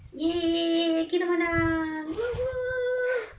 !yay! kita menang